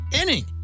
inning